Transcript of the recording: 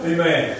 Amen